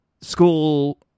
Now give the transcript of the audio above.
School